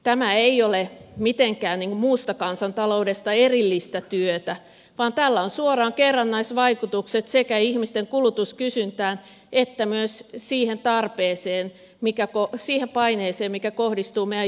tämä ei ole mitenkään muusta kansantaloudesta erillistä työtä vaan tällä on suoraan kerrannaisvaikutukset sekä ihmisten kulutuskysyntään että myös siihen paineeseen mikä kohdistuu meidän julkiseen sektoriin